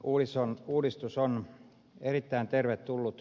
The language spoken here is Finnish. tämä uudistus on erittäin tervetullut